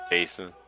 Jason